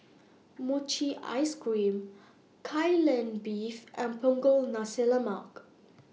Mochi Ice Cream Kai Lan Beef and Punggol Nasi Lemak